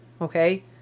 okay